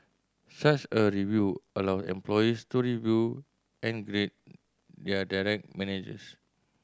such a review allow employees to review and grade their direct managers